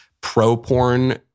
pro-porn